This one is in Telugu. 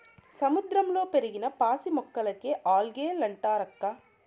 సముద్రంలో పెరిగిన పాసి మొక్కలకే ఆల్గే లంటారక్కా